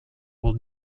will